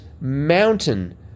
mountain